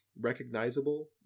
recognizable